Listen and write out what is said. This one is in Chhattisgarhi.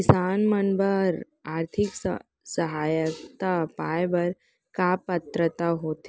किसान मन बर आर्थिक सहायता पाय बर का पात्रता होथे?